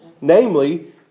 namely